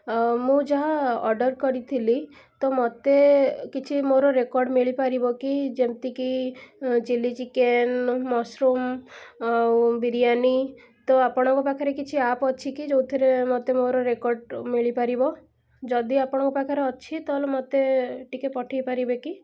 ଆଉ ମୁଁ ଯାହା ଅର୍ଡ଼଼ର୍ କରିଥିଲି ତ ମୋତେ କିଛି ମୋର ରେକର୍ଡ଼଼୍ ମିଳିପାରିବ କି ଯେମିତିକି ଚିଲ୍ଲୀ ଚିକେନ୍ ମସ୍ରୁମ୍ ଆଉ ବିରିୟାନୀ ତ ଆପଣଙ୍କ ପାଖରେ କିଛି ଆପ୍ ଅଛି କି ଯେଉଁଥିରେ ମୋତେ ମୋର ରେକର୍ଡ଼଼୍ ମିଳିପାରିବ ଯଦି ଆପଣଙ୍କ ପାଖରେ ଅଛି ତାହେଲେ ମୋତେ ଟିକେ ପଠେଇପାରିବେ କି